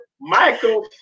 Michael